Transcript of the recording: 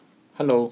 hello